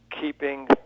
keeping